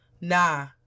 Nah